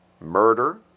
murder